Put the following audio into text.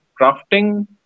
crafting